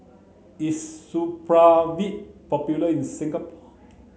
is Supravit popular in Singapore